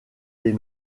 des